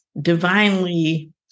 divinely